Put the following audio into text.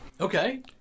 Okay